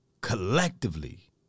collectively